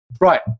Right